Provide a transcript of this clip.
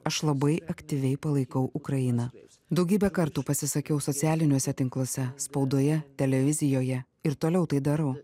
aš labai aktyviai palaikau ukrainą daugybę kartų pasisakiau socialiniuose tinkluose spaudoje televizijoje ir toliau tai darau